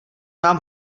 mám